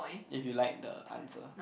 if you like the answer